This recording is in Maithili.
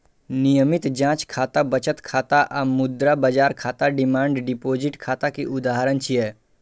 नियमित जांच खाता, बचत खाता आ मुद्रा बाजार खाता डिमांड डिपोजिट खाता के उदाहरण छियै